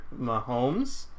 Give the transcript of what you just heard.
Mahomes